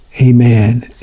Amen